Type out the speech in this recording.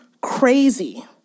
crazy